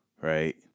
right